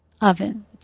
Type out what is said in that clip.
oven